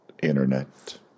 internet